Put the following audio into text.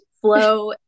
flow